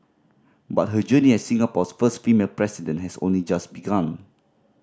but her journey as Singapore's first female President has only just begun